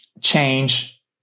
change